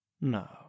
No